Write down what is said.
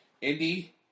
Indy